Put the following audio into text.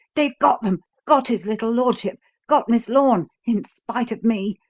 they've got them got his little lordship! got miss lorne in spite of me.